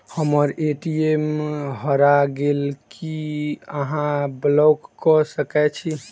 हम्मर ए.टी.एम हरा गेल की अहाँ ब्लॉक कऽ सकैत छी?